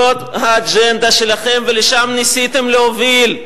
זאת האג'נדה לכם, ולשם ניסיתם להוביל,